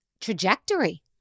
trajectory